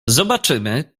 zobaczymy